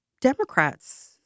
Democrats